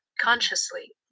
consciously